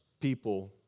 people